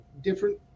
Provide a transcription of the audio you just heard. different